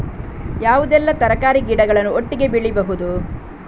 ಯಾವುದೆಲ್ಲ ತರಕಾರಿ ಗಿಡಗಳನ್ನು ಒಟ್ಟಿಗೆ ಬೆಳಿಬಹುದು?